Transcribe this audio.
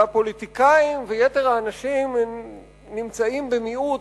והפוליטיקאים ויתר האנשים נמצאים במיעוט